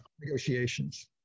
negotiations